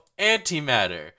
antimatter